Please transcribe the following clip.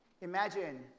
imagine